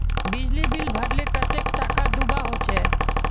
बिजली बिल भरले कतेक टाका दूबा होचे?